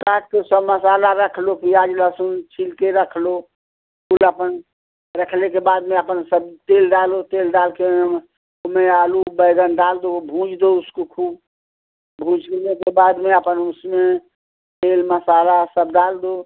काट के सब मसाला रख लो प्याज लहसुन छील के रख लो फिर अपन रखने के बाद में अपन सब तेल डालो तेल डाल के ओमे उसमें आलू बैंगन डाल दो वो भूँज दो उसको खूब भूँजने के बाद में आपन उसमें तेल मसाला सब डाल दो